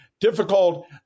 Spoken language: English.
difficult